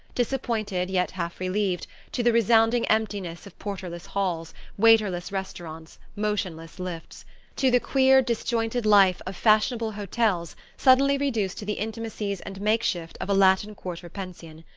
disappointed yet half-relieved, to the resounding emptiness of porterless halls, waiterless restaurants, motionless lifts to the queer disjointed life of fashionable hotels suddenly reduced to the intimacies and make-shift of a latin quarter pension.